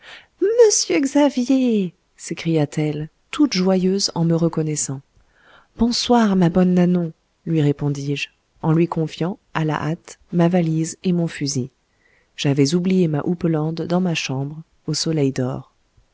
monsieur xavier s'écria-t-elle toute joyeuse en me reconnaissant bonsoir ma bonne nanon lui répondis-je en lui confiant à la hâte ma valise et mon fusil j'avais oublié ma houppelande dans ma chambre